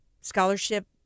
scholarship